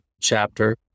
chapter